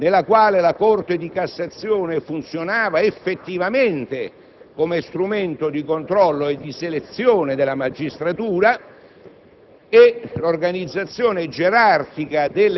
una magistratura gerarchizzata nella quale la Corte di cassazione funzionava effettivamente come strumento di controllo e di selezione della magistratura